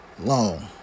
long